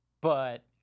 but-